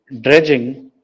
dredging